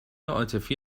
عاطفی